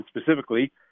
specifically